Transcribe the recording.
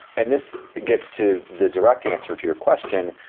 and this gets to the direct answer to your question,